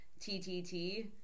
TTT